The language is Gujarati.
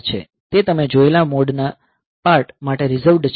તે તમે જોયેલા મોડના પાર્ટ માટે રીઝર્વ્ડ છે